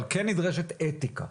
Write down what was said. אבל כן נדרשת אתיקה.